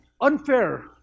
unfair